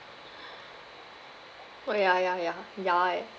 oh ya ya ya ya eh